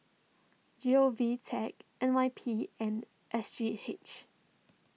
G O V Tech N Y P and S G H